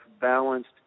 balanced